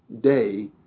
day